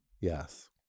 Yes